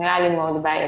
זה נראה לי מאוד בעייתי.